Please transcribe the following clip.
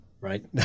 Right